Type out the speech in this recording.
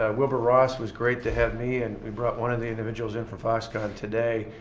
ah wilbur ross was great to have me, and we brought one of the individuals in from foxconn today,